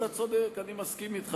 אתה צודק, אני מסכים אתך.